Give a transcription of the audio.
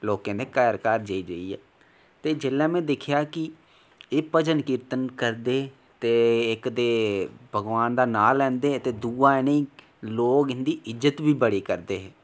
ते लोकें दे घर जाई जाइयै ते जेल्लै में दिक्खेआ कि एह् भजन कीर्तन करदे ते इक्क ते भगवान दा नांऽ लैंदे ते दूआ लोक इंदी इज्जत बी बड़ी करदे हे